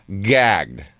gagged